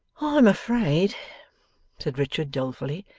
i am afraid said richard dolefully,